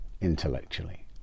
intellectually